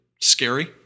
scary